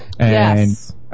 Yes